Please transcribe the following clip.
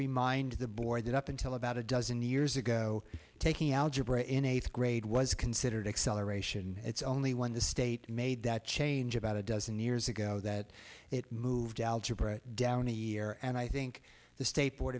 remind the board that up until about a dozen years ago taking algebra in eighth grade was considered acceleration it's only when the state made that change about a dozen years ago that it moved algebra down a year and i think the state board